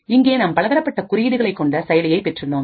இங்கே நாம் பலதரப்பட்ட குறியீடுகளை கொண்ட செயலியை பெற்றுள்ளோம்